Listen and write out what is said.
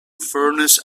furness